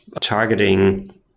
targeting